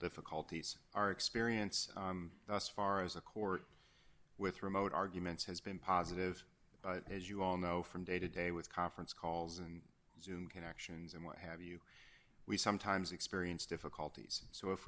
difficulties our experience thus far as a court with remote arguments has been positive but as you all know from day to day with conference calls and zoom connections and what have you we sometimes experience difficulties so if